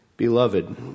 Beloved